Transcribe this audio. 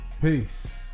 Peace